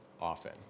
often